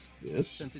Yes